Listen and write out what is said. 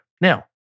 now